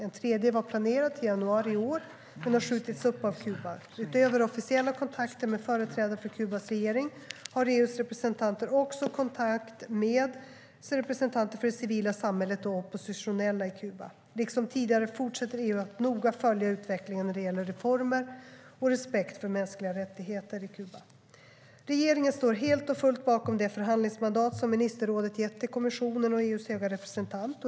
En tredje var planerad till januari 2015 men har skjutits upp av Kuba. Utöver officiella kontakter med företrädare för Kubas regering har EU:s representanter också kontakt med representanter för det civila samhället och oppositionella i Kuba. Liksom tidigare fortsätter EU att noga följa utvecklingen när det gäller reformer och respekt för mänskliga rättigheter i Kuba. Regeringen står helt och fullt bakom det förhandlingsmandat som ministerrådet gett till kommissionen och EU:s höga representant.